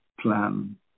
plan